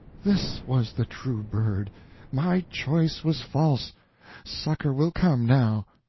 this was the true-bird my choice was false succor will come now.